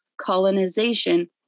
colonization